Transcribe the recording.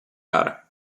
gare